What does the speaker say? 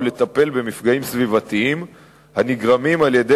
לטפל במפגעים סביבתיים הנגרמים על-ידי